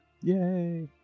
Yay